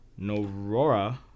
Norora